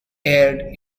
aired